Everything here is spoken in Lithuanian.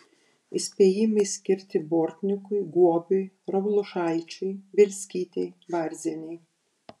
įspėjimai skirti bortnikui guobiui raulušaičiui bielskytei varzienei